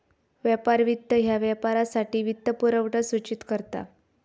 व्यापार वित्त ह्या व्यापारासाठी वित्तपुरवठा सूचित करता